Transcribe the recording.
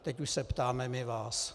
Teď už se ptáme my vás.